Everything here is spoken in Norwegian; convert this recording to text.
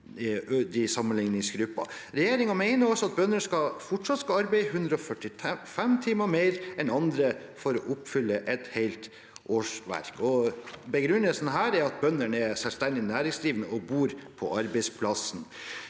Regjeringen mener at bønder fortsatt skal arbeide 145 timer mer enn andre for å oppfylle et helt årsverk. Begrunnelsen er at bøndene er selvstendig næringsdrivende og bor på arbeidsplassen.